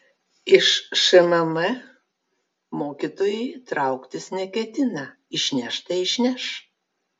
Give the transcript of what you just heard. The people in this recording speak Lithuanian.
iš šmm mokytojai trauktis neketina išneš tai išneš